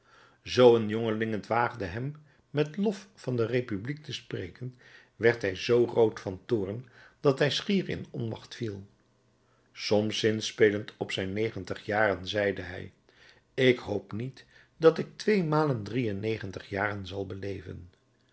zoo een jongeling het waagde hem met lof van de republiek te spreken werd hij zoo rood van toorn dat hij schier in onmacht viel soms zinspelend op zijn negentig jaren zeide hij ik hoop niet dat ik tweemalen drie en negentig jaren zal beleven